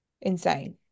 insane